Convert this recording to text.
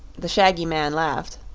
the shaggy man laughed.